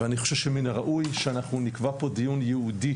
ואני חושב שראוי שאנחנו נקבע פה דיון ייעודי